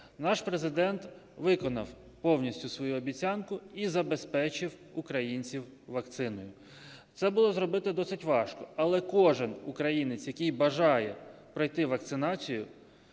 наш Президент виконав повністю свою обіцянку і забезпечив українців вакциною. Це було зробити досить важко, але кожен українець, який бажає пройти вакцинацію,